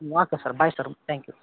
ಹ್ಞೂ okay sir bye sir thank you